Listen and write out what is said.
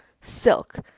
silk